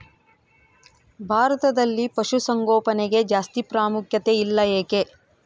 ಭಾರತದಲ್ಲಿ ಪಶುಸಾಂಗೋಪನೆಗೆ ಜಾಸ್ತಿ ಪ್ರಾಮುಖ್ಯತೆ ಇಲ್ಲ ಯಾಕೆ?